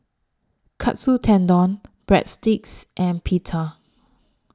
Katsu Tendon Breadsticks and Pita